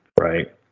Right